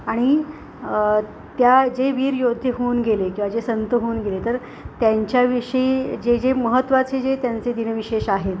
आणि त्या जे वीर योद्धे होऊन गेले किंवा जे संत होऊन गेले तर त्यांच्याविषयी जे जे महत्वाचे जे त्यांचे दिनविशेष आहेत